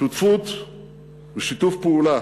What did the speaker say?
שותפות ושיתוף פעולה